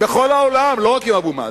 בכל העולם, לא רק עם אבו מאזן.